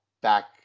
Back